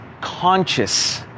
conscious